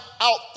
out